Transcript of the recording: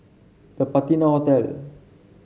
The Patina Hotel